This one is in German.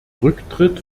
rücktritt